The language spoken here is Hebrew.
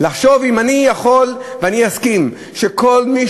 לחשוב אם אני יכול ואני אסכים שכל מי